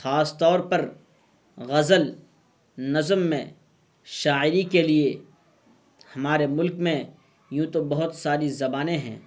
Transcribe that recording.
خاص طور پر غزل نظم میں شاعری کے لیے ہمارے ملک میں یوں تو بہت ساری زبانیں ہیں